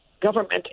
government